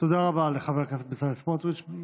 תודה רבה לחבר הכנסת בצלאל סמוטריץ'.